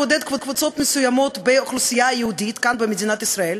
היא באה לבודד קבוצות מסוימות באוכלוסייה היהודית כאן במדינת ישראל,